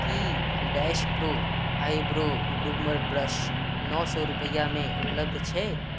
कि dash pro eyebrow groomer brush नओ सओ रुपैआमे उपलब्ध छै